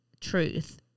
Truth